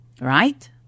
Right